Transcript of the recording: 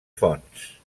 fonts